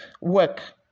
work